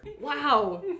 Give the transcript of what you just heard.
Wow